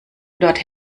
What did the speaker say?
dort